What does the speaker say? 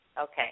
Okay